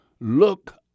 look